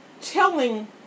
telling